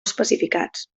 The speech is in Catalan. especificats